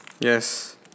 yes